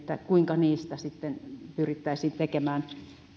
kuinka heistä sitten pyrittäisiin tekemään